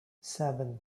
seven